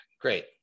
Great